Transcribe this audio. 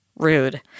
rude